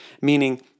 meaning